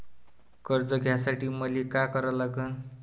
कर्ज घ्यासाठी मले का करा लागन?